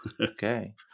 Okay